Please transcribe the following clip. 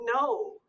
No